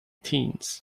teens